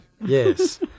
Yes